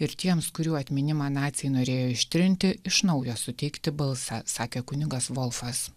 ir tiems kurių atminimą naciai norėjo ištrinti iš naujo suteikti balsą sakė kunigas volfas